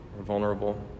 vulnerable